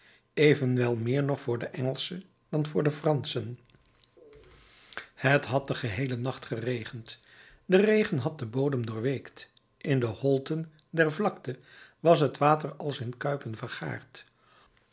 evenwel meer nog voor de engelschen dan voor de franschen het had den geheelen nacht geregend de regen had den bodem doorweekt in de holten der vlakte was het water als in kuipen vergaard